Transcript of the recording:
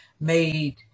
made